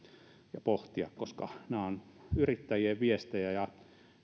ja pohtia koska nämä ovat yrittäjien viestejä ja